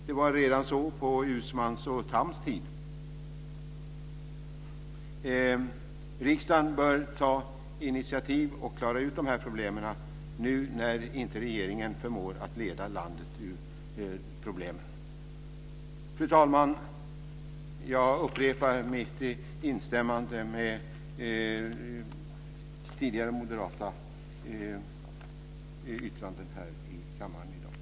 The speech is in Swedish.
Det var så redan på Uusmanns och Thams tid. Riksdagen bör ta initiativ till att klara ut de här problemen nu när inte regeringen förmår att leda landet ut ur problemen. Fru talman! Jag upprepar mitt instämmande med tidigare moderata yttranden här i kammaren i dag.